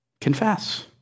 confess